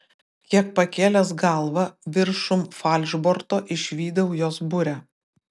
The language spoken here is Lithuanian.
kiek pakėlęs galvą viršum falšborto išvydau jos burę